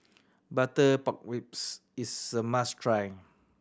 butter pork ribs is a must try